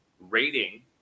rating